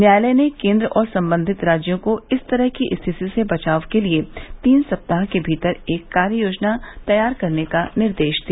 न्यायालय ने केन्द्र और संबंधित राज्यों को इस तरह की स्थिति से बचाव के लिए तीन सप्ताह के भीतर एक कार्य योजना तैयार करने का निर्देश दिया